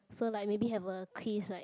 so like maybe have a quiz like